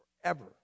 forever